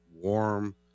warm